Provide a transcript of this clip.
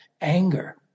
anger